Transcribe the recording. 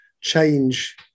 change